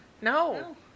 No